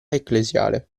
ecclesiale